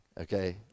okay